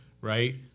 right